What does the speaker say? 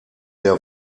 der